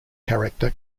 character